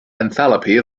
enthalpy